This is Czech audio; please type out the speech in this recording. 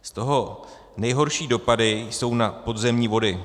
Z toho nejhorší dopady jsou na podzemní vody.